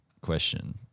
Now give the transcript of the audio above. question